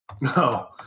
No